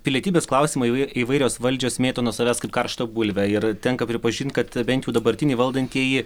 pilietybės klausimą įvai įvairios valdžios mėto nuo savęs kaip karštą bulvę ir tenka pripažint kad bent jų dabartiniai valdantieji